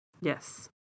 yes